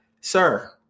Sir